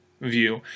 view